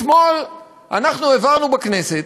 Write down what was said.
אתמול אנחנו העברנו בכנסת,